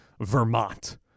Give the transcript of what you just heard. Vermont